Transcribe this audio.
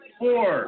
four